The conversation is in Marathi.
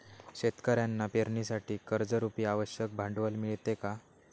शेतकऱ्यांना पेरणीसाठी कर्जरुपी आवश्यक भांडवल मिळते का?